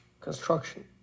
construction